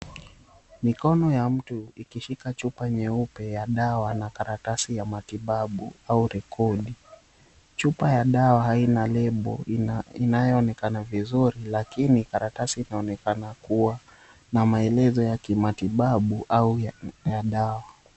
Mikono ya mtu ikishika chupa nyeupe ya dawa na karatasi ya matibabu au rekodi. Chupa ya dawa haina lebo inayoonekana vizuri, lakini karatasi inaonekana kuwa na maelezo ya kimatibabu au ya dawa.